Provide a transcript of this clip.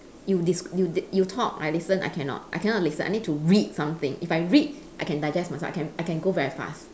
you this you the you talk I listen I cannot I cannot listen I need to read something if I read I can digest myself I can I can go very fast